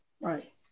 Right